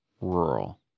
rural